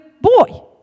boy